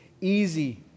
easy